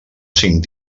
cinc